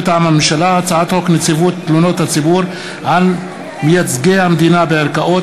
מטעם הממשלה: הצעת חוק נציבות תלונות הציבור על מייצגי המדינה בערכאות,